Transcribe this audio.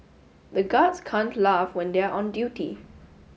the guards can't laugh when they are on duty